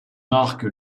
marque